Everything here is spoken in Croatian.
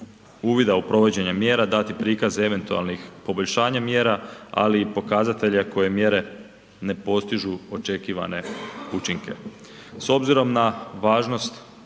uvida u provođenje mjera dati prikaz eventualnih poboljšanja mjera, ali i pokazatelje koje mjere ne postižu očekivane učinke. S obzirom na važnost